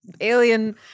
Alien